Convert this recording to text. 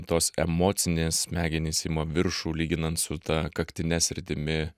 tos emocinės smegenys ima viršų lyginant su ta kaktine sritimi